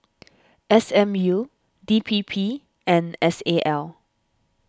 S M U D P P and S A L